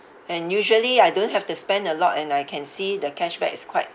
and usually I don't have to spend a lot and I can see the cashback is quite